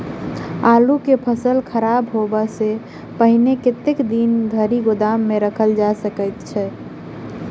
आलु केँ फसल खराब होब सऽ पहिने कतेक दिन धरि गोदाम मे राखल जा सकैत अछि?